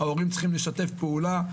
ההורים צריכים לשתף פעולה.